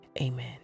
Amen